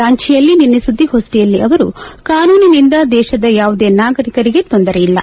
ರಾಂಚಿಯಲ್ಲಿ ನಿನ್ನೆ ಸುದ್ದಿಗೋಷ್ಠಿಯಲ್ಲಿ ಅವರು ಕಾನೂನಿನಿಂದ ದೇಶದ ಯಾವುದೇ ನಾಗರಿಕರಿಗೆ ತೊಂದರೆ ಇಲ್ಲ